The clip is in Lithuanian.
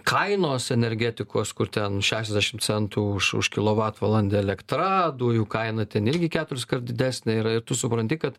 kainos energetikos kur ten šešiasdešim centų už už kilovatvalandę elektra dujų kaina ten irgi keturiskart didesnė yra ir tu supranti kad